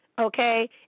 okay